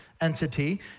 entity